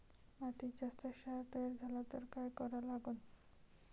मातीत जास्त क्षार तयार झाला तर काय करा लागन?